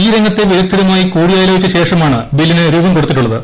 ഈ രംഗത്തെ വിദഗ്ധരുമായി കൂടിയാലോചിച്ച ശേഷമാണ് ബില്ലിന് രൂപം കൊടുത്തിട്ടുള്ളത്